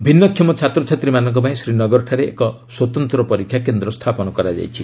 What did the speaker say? ଭିନ୍ନକ୍ଷମ ଛାତ୍ରଛାତ୍ରୀମାନଙ୍କ ପାଇଁ ଶ୍ରୀନଗରରେ ଏକ ସ୍ୱତନ୍ତ୍ର ପରୀକ୍ଷା କେନ୍ଦ୍ର ସ୍ଥାପନ କରାଯାଇଛି